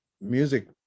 music